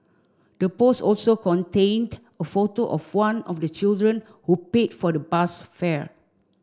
the post also contained a photo of one of the children who paid for the bus fare